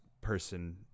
person